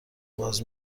باز